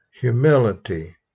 humility